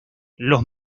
los